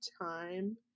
time